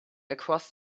across